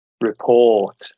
report